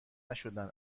نشدن